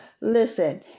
Listen